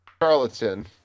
charlatan